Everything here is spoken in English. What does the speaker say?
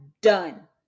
done